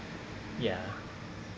ya